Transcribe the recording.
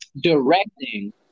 directing